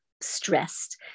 stressed